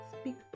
speak